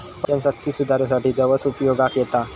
पचनशक्ती सुधारूसाठी जवस उपयोगाक येता